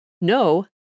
no